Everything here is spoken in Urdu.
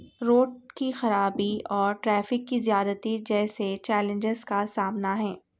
روڈ کی خرابی اور ٹریفک کی زیادتی جیسے چیلنجیز کا سامنا ہے